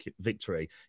victory